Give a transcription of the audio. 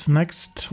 next